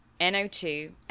NO2